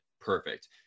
perfect